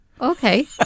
Okay